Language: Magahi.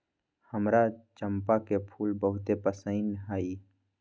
हमरा चंपा के फूल बहुते पसिन्न हइ